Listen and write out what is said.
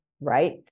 Right